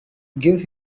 give